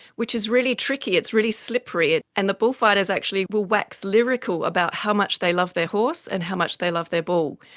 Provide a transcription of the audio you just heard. which is really tricky, it's really slippery, and the bullfighters actually will wax lyrical about how much they love their horse and how much they love their bull.